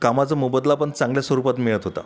कामाचा मोबदला पण चांगल्या स्वरूपात मिळत होता